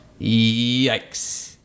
Yikes